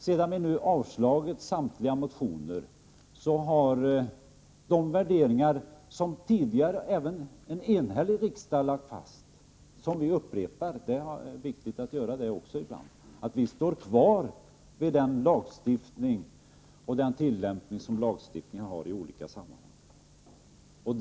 Sedan vi avstyrkt samtliga motioner vill jag upprepa — det är viktigt att göra det i detta sammanhang — att vi står kvar vid de värderingar som en enhällig riksdag tidigare lagt fast, vid gällande lagstiftning och vid tillämpningen i olika sammanhang av denna lagstiftning.